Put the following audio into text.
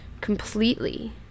completely